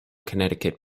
connecticut